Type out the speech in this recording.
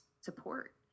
support